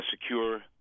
secure